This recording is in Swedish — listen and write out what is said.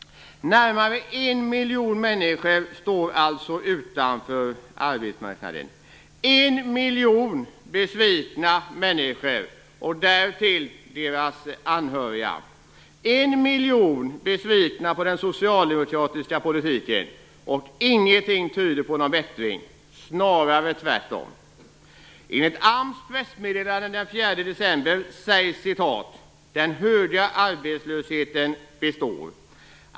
Närmare 1 miljon människor står alltså utanför arbetsmarknaden. 1 miljon besvikna människor, och därtill deras anhöriga. 1 miljon besvikna på den socialdemokratiska politiken, och ingenting tyder på en bättring, snarare tvärtom. I AMS pressmeddelande den 4 december sägs:"Den höga arbetslösheten består.